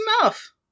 enough